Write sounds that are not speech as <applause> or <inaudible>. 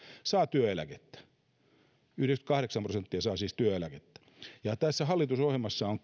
saa työeläkettä siis yhdeksänkymmentäkahdeksan prosenttia saa työeläkettä tässä hallitusohjelmassa on <unintelligible>